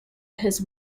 his